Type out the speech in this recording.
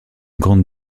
grande